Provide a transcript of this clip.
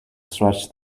stretch